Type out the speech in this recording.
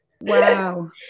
wow